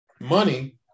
money